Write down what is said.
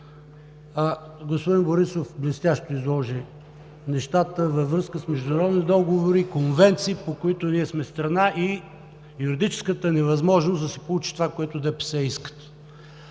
Бойко Борисов ли?!“) блестящо изложи нещата във връзка с международни договори, конвенции, по които ние сме страна и юридическата невъзможност да се получи това, което ДПС искат.